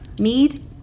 mead